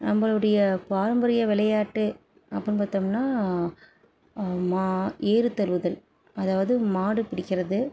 நம்பளுடைய பாரம்பரிய விளையாட்டு அப்புடின்னு பார்த்தம்னா மா ஏறு தழுவுதல் அதாவது மாடு பிடிக்கிறது